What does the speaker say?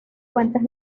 fuentes